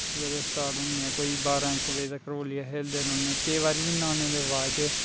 सवेरे स्टार्ट होने कोई बाहरां इक बजे तक्कर आहें होली गै खेलदे रौंह्ने कोई बारी न्हाने दे बाद च